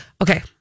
Okay